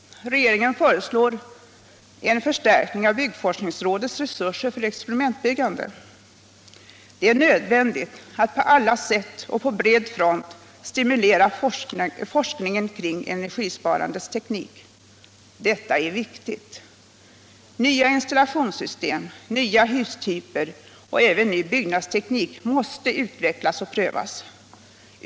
Regeringen föreslår en förstärkning av byggforskningsrådets resurser för experimentbyggande. Det är nödvändigt att på alla sätt och på bred front stimulera forskningen kring energisparandets teknik. Detta är viktigt. Nya installationssystem, nya hustyper och även ny byggnadsteknik måste utvecklas och prövas.